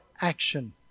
action